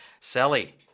Sally